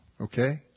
Okay